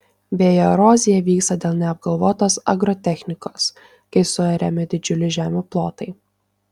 vėjo erozija vyksta dėl neapgalvotos agrotechnikos kai suariami didžiuliai žemių plotai